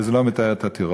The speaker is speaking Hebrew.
וזה לא מטהר את הטרור.